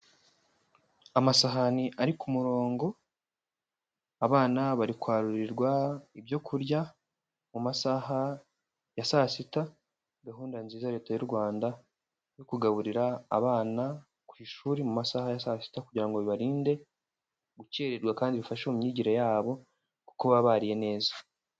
Amasahani ari ku murongo abana bari kwarurirwa ibyo kurya mu masaha ya saa sita, gahunda nziza Leta y'u Rwanda yo kugaburira abana ku ishuri mu masaha ya saa sita kugira ngo bibarinde gukererwa kandi bibafashe mu myigire yabo kuko baba bariye neza.